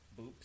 boops